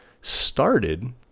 started